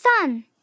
sun